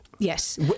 Yes